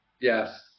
Yes